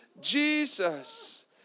Jesus